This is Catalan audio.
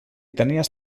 tenies